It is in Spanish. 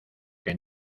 que